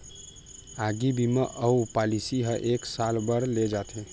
आगी बीमा अउ पॉलिसी ह एक साल बर ले जाथे